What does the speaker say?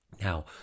Now